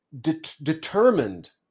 determined